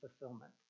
fulfillment